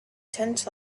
tent